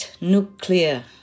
nuclear